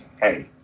hey